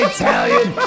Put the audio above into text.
Italian